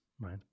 right